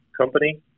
company